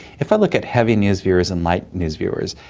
if i look at heavy news viewers and light news viewers,